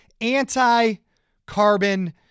anti-carbon